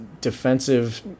defensive